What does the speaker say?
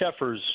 Cheffers